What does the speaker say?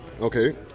okay